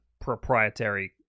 proprietary